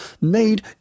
made